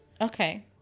Okay